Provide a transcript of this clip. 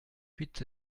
huit